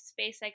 SpaceX